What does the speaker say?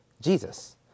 jesus